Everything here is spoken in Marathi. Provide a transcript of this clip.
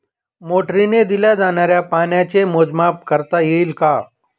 मोटरीने दिल्या जाणाऱ्या पाण्याचे मोजमाप करता येईल का?